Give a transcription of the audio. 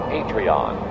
Patreon